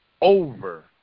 over